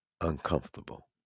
uncomfortable